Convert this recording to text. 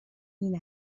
این